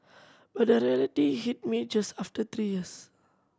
but the reality hit me just after three years